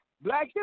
black